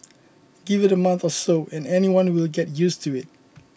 give it a month or so and anyone will get used to it